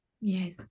Yes